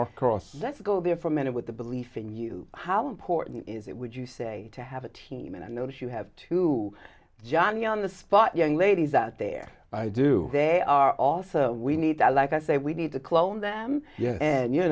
across let's go there for a minute with the belief in you how important is it would you say to have a team and i notice you have to johnny on the spot young ladies out there do they are also we need to like i say we need to clone them and you